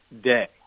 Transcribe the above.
day